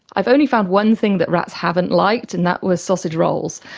i've only found one thing that rats haven't liked and that was sausage rolls.